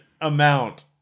amount